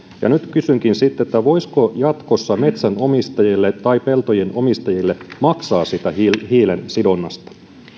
nyt kysynkin voisiko jatkossa metsänomistajille tai peltojen omistajille maksaa siitä hiilensidonnasta